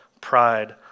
pride